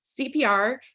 CPR